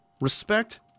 respect